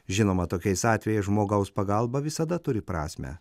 žinoma tokiais atvejais žmogaus pagalba visada turi prasmę